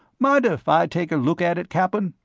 mind if i take a look at it, cap'n?